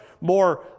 more